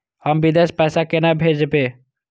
हम विदेश पैसा केना भेजबे?